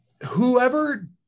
whoever